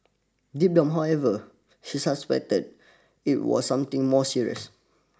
deep down however he suspected it was something more serious